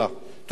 תודה רבה.